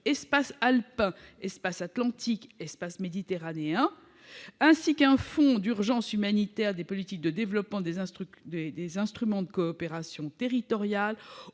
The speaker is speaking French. Espace alpin, Espace atlantique, Espace méditerranéen -, ainsi qu'un fonds d'urgence humanitaire, des politiques de développement, des instruments de coopération territoriale.